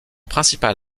principal